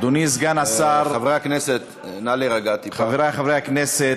חברי חברי הכנסת,